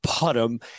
bottom